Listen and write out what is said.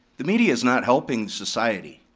the media is not helping society.